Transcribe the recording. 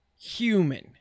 human